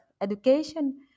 education